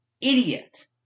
idiot